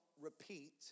repeat